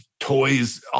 toys